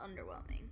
underwhelming